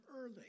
early